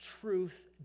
truth